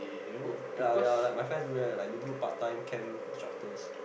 ya ya like my friend do that like they do part time camp instructors